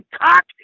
cock